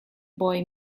boy